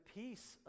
peace